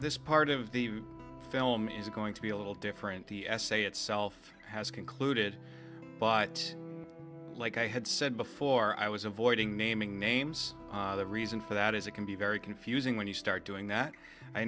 is going to be a little different the essay itself has concluded but like i had said before i was avoiding naming names the reason for that is it can be very confusing when you start doing that i